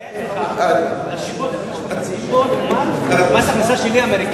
אני מייעץ לך להשוות את מה שאתם מציעים פה למס ההכנסה השלילי האמריקני.